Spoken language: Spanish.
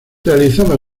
realizaba